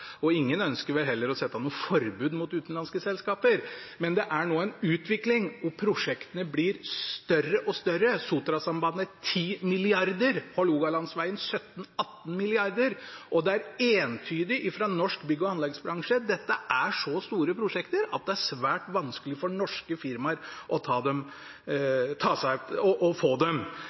og ingen ønsker vel heller å sette noe forbud mot utenlandske selskaper, men det er nå en utvikling hvor prosjektene blir større og større. Sotrasambandet er på 10 mrd. kr og Hålogalandsvegen på 17–18 mrd. kr, og det kommer entydig fra norsk bygg- og anleggsbransje at dette er så store prosjekter at det er svært vanskelig for norske firmaer å få dem.